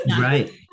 right